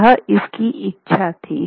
यह उसकी इच्छा थी